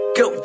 go